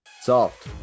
Solved